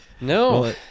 No